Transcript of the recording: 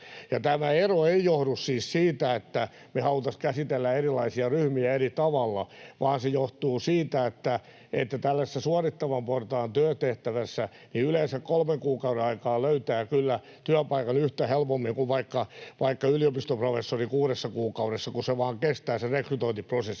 Tämä ero ei johdu siis siitä, että me haluttaisiin käsitellä erilaisia ryhmiä eri tavalla, vaan se johtuu siitä, että tällaisessa suorittavan portaan työtehtävässä yleensä kolmen kuukauden aikana löytää kyllä työpaikan yhtä helposti kuin vaikka yliopiston professori kuudessa kuukaudessa, kun tämä rekrytointiprosessi